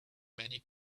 many